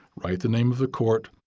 write the name of the court,